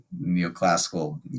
neoclassical